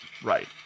Right